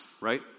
right